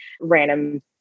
random